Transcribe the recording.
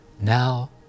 Now